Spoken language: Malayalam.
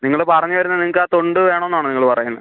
നിങ്ങൾ പറഞ്ഞ് വരുന്നത് നിങ്ങൾക്ക് ആ തൊണ്ട് വേണമെന്നാണോ നിങ്ങൾ പറയുന്നത്